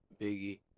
Biggie